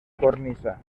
cornisa